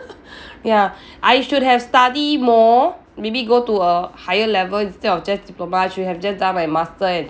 ya I should have study more maybe go to a higher level instead of just diploma I should have just done my master and